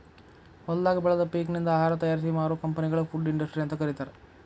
ಹೊಲದಾಗ ಬೆಳದ ಪೇಕನಿಂದ ಆಹಾರ ತಯಾರಿಸಿ ಮಾರೋ ಕಂಪೆನಿಗಳಿ ಫುಡ್ ಇಂಡಸ್ಟ್ರಿ ಅಂತ ಕರೇತಾರ